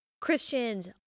Christians